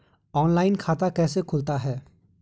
Online खाता कैसे खुलता है?